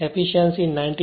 efficiency 98